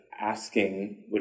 asking